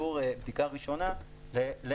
משרד האנרגיה ביחד עם האוצר העבירו יותר מחצי